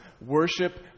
Worship